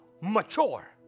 mature